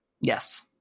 Yes